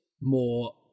more